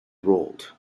rolled